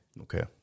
Okay